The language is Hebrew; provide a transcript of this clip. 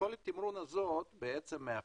יכולת התמרון הזו מאפשרת